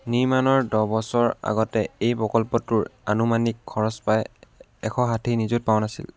নিৰ্মাণৰ দহ বছৰ আগতে এই প্ৰকল্পটোৰ আনুমানিক খৰচ প্ৰায় এশ ষাঠি নিযুত পাউণ্ড আছিল